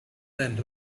than